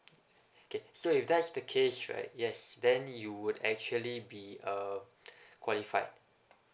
okay so if that's the case right yes then you would actually be uh qualified